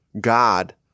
God